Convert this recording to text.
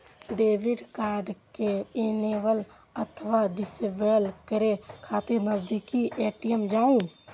debit card कें enable अथवा disable करै खातिर नजदीकी ए.टी.एम जाउ